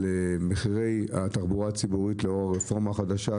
מחירי התחבורה הציבורית לאור הרפורמה החדשה,